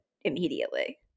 immediately